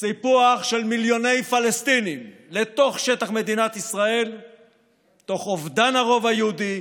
סיפוח של מיליוני פלסטינים לתוך שטח מדינת ישראל תוך אובדן הרוב היהודי,